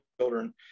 children